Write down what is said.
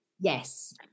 Yes